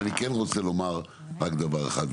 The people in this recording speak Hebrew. אני כן רוצה לומר רק דבר אחד,